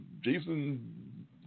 Jason